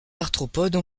arthropodes